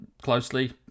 closely